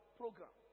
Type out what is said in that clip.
program